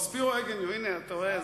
ספירו אגניו, אתה רואה?